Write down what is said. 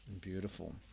Beautiful